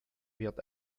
wird